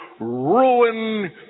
ruin